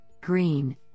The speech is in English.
green